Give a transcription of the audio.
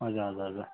हजुर हजुर हजुर